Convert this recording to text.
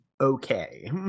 okay